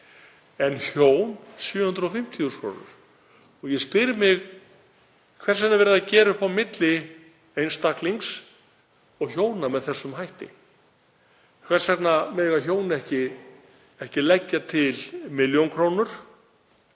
en hjón 750.000 kr. Ég spyr mig: Hvers vegna er verið að gera upp á milli einstaklings og hjóna með þessum hætti? Hvers vegna mega hjón ekki leggja til milljón krónur?